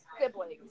siblings